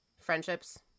Friendships